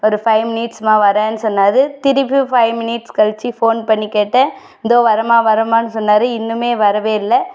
ஒரு ஃபைவ் மினிட்ஸ்மா வரேன் சொன்னார் திருப்பியும் ஃபைவ் மினிட்ஸ் கழித்து போன் பண்ணி கேட்டேன் இதோ வரேம்மா வரேம்மா சொன்னார் இன்னுமே வரவே இல்லை